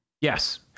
Yes